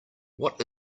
what